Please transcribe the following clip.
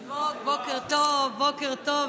אלמוג, בוקר טוב, בוקר טוב.